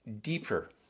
deeper